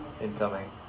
incoming